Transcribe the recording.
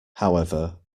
however